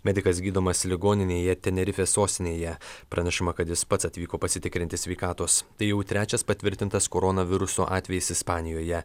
medikas gydomas ligoninėje tenerifės sostinėje pranešama kad jis pats atvyko pasitikrinti sveikatos tai jau trečias patvirtintas koronaviruso atvejis ispanijoje